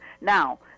now